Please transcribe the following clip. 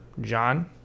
John